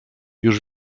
już